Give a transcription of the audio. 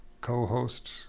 co-host